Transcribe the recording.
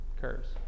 curves